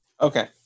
Okay